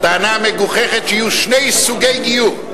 הטענה המגוחכת שיהיו שני סוגי גיור,